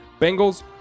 Bengals